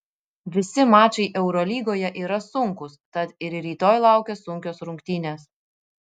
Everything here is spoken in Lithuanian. visi mačai eurolygoje yra sunkūs tad ir rytoj laukia sunkios rungtynės